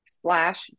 slash